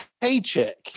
paycheck